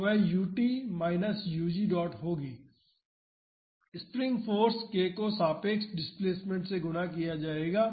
तो वह ut minus ug dot होगी स्प्रिंग फाॅर्स k को सापेक्ष डिस्प्लेसमेंट से गुणा किया जाएगा